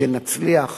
שנצליח